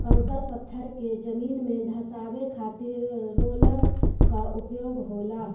कंकड़ पत्थर के जमीन में धंसावे खातिर रोलर कअ उपयोग होला